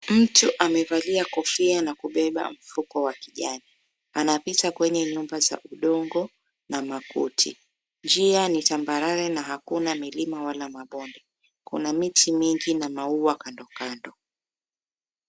Mtu amevalia kofia na kubeba mfuko wa kijani. Anapita kwenye nyumba za udongo na makuti. Njia ni tambarare na hakuna milima wala mabonde. Kuna miti mingi na maua kandokando.